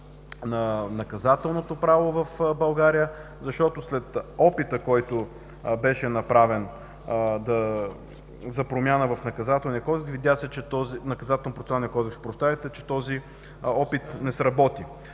на наказателното право в България, защото след опита, който беше направен за промяна в Наказателно-процесуалния кодекс, видя се, че този опит не сработи.